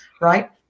right